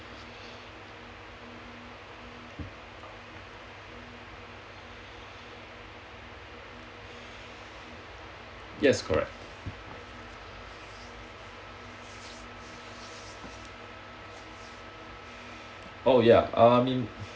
yes correct oh ya uh me